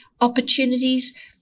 opportunities